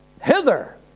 hither